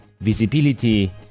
visibility